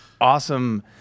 awesome